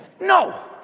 no